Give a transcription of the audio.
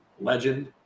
legend